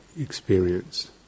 experience